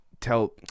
tell